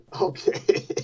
Okay